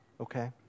okay